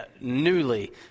newly